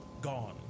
gone